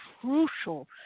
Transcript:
crucial